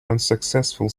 unsuccessful